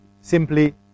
simply